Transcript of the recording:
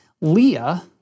Leah